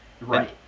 right